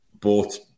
bought